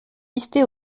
listée